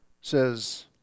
says